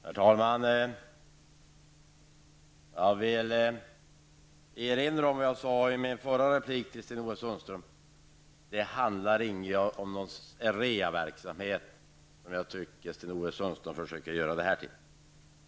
Herr talman! Jag erinrar om vad jag sade i min förra replik till Sten-Ove Sundström, nämligen att det inte handlar om någon realisationsverksamhet som han påstår att jag vill bedriva.